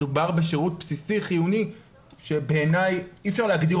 מדובר בשירות בסיסי חיוני שבעיני אי אפשר להגדיר